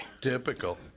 Typical